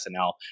SNL